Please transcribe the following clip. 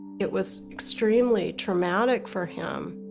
it was extremely traumatic for him.